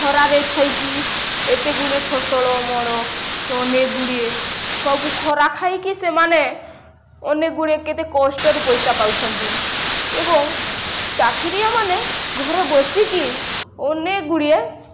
ଖରାରେ ଖାଇକି ଏତେ ଗୁଡ଼ିଏ ଫସଲ ଅମଳ ଅନେକ ଗୁଡ଼ିଏ ସବୁ ଖରା ଖାଇକି ସେମାନେ ଅନେକ ଗୁଡ଼ିଏ କେତେ କଷ୍ଟରେ ପଇସା ପାଉଛନ୍ତି ଏବଂ ଚାକିରିଆ ମାନେ ଘରେ ବସିକି ଅନେକ ଗୁଡ଼ିଏ